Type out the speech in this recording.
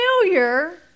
familiar